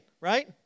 right